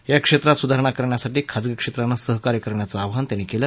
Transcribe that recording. या क्षेत्रात सुधारणा करण्यासाठी खाजगी क्षेत्रानं सहकार्य करण्याचं त्यांनी आवाहन केलं